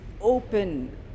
open